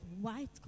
white